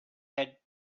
had